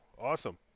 Awesome